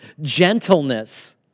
gentleness